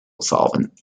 solvent